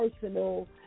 personal